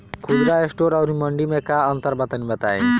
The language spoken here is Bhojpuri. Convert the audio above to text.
खुदरा स्टोर और मंडी में का अंतर बा तनी बताई?